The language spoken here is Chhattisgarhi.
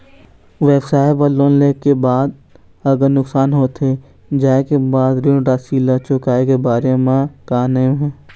व्यवसाय बर लोन ले के बाद अगर नुकसान होथे जाय के बाद ऋण राशि ला चुकाए के बारे म का नेम हे?